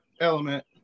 element